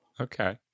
Okay